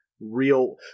real